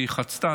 היא חצתה,